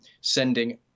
sending